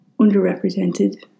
Underrepresented